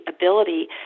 ability